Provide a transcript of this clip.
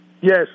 Yes